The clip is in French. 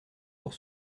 pour